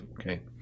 okay